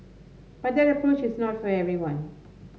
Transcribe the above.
but that approach is not for everyone